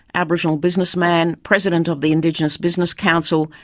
aboriginal businessman, president of the indigenous business council,